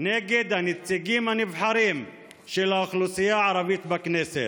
נגד הנציגים הנבחרים של האוכלוסייה הערבית בכנסת.